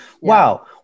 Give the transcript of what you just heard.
Wow